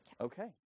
okay